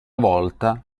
volta